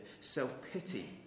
self-pity